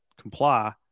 comply